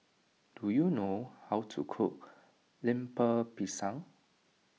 do you know how to cook Lemper Pisang